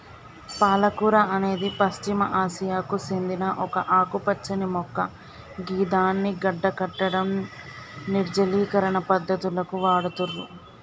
పాలకూర అనేది పశ్చిమ ఆసియాకు సేందిన ఒక ఆకుపచ్చని మొక్క గిదాన్ని గడ్డకట్టడం, నిర్జలీకరణ పద్ధతులకు వాడుతుర్రు